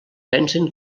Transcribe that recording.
pensen